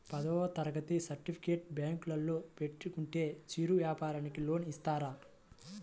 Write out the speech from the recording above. పదవ తరగతి సర్టిఫికేట్ బ్యాంకులో పెట్టుకుంటే చిరు వ్యాపారంకి లోన్ ఇస్తారా?